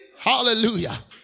Hallelujah